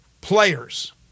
players